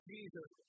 Jesus